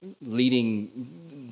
leading